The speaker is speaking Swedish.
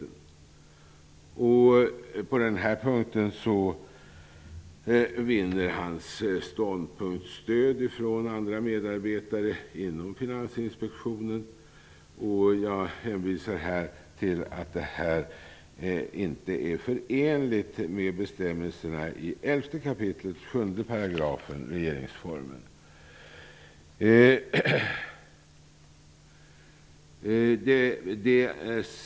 På den punkten vinner hans ståndpunkt stöd från andra medarbetare inom Finansinspektionen. Jag menar att detta inte är förenligt med bestämmelserna i 11 kap. 7 § regeringsformen.